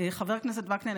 חבר הכנסת וקנין,